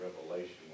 revelation